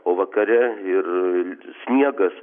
o vakare ir sniegas